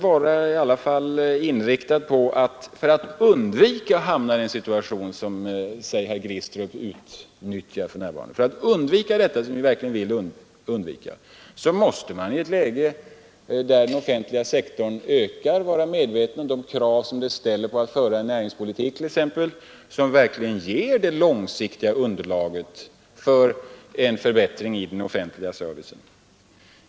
För att undvika att hamna i en sådan situation som den Glistrup för närvarande utnyttjar måste man i ett läge där den offentliga sektorn ökar vara medveten om de krav detta ställer på en näringspolitik som verkligen ger det långsiktiga underlaget för en förbättring i den offentliga servicen.